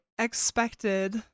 expected